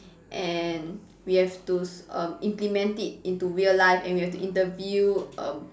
and we have to s~ um implement it into real life and we have to interview um